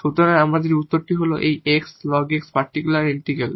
সুতরাং আমরা আমাদের উত্তর হল এই 𝑥 ln 𝑥 পারটিকুলার ইন্টিগ্রাল